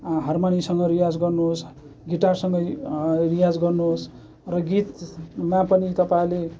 हारमनियमसँग रियाज गर्नुहोस् गिटारसँग रियाज गर्नुहोस् र गितमा पनि तपाईँहरूले